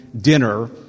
dinner